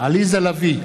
עליזה לביא,